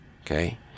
okay